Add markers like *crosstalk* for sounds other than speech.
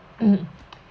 *noise*